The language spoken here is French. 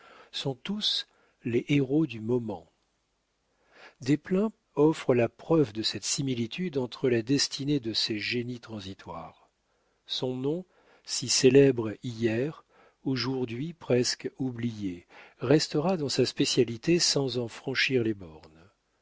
sont tous les héros du moment desplein offre la preuve de cette similitude entre la destinée de ces génies transitoires son nom si célèbre hier aujourd'hui presque oublié restera dans sa spécialité sans en franchir les bornes